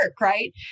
right